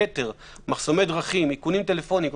כתר, מחסומי דרכים, איכון טלפונים".